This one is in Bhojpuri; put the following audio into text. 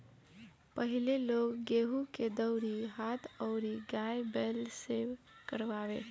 पहिले लोग गेंहू के दवरी हाथ अउरी गाय बैल से करवावे